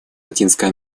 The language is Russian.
латинской